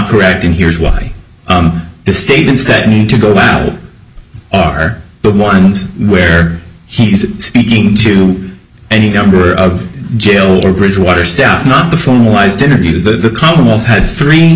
correct and here's why the statements that need to go out are the ones where he's speaking to any number of jail or bridgewater staff not the formalized interview the commonwealth had three